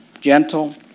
gentle